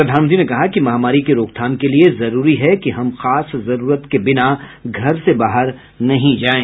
प्रधानमंत्री ने कहा कि महामारी की रोकथाम के लिए जरूरी है कि हम खास जरूरत के बिना घर से बाहर नहीं जाएं